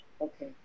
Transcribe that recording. Okay